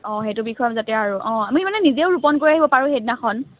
অঁ সেইটো বিষয়ত যাতে আৰু অঁ আমি মানে নিজেও ৰোপণ কৰি আহিব পাৰোঁ সেইদিনাখন